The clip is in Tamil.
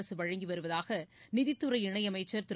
அரசு வழங்கி வருவதாக நிதித் துறை இணையமைச்சர் திரு